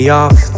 off